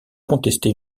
contester